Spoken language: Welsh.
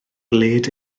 led